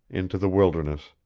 into the wilderness,